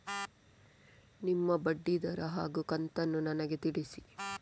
ನಿಮ್ಮ ಬಡ್ಡಿದರ ಹಾಗೂ ಕಂತನ್ನು ನನಗೆ ತಿಳಿಸಿ?